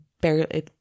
barely